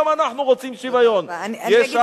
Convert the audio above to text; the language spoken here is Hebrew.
גם אנחנו רוצים "שיוָיון" אני אגיד